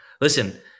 listen